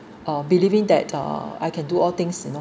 uh believing that uh I can do all things you know